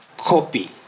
copy